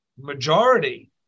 majority